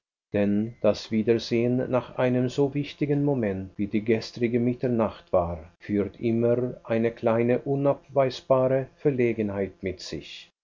denn das wiedersehen nach einem so wichtigen moment wie die gestrige mitternacht war führt immer eine kleine unabweisbare verlegenheit mit sich